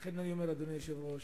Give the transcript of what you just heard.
לכן, אדוני היושב-ראש,